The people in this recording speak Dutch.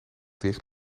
dicht